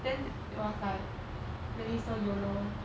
then it was like really so yolo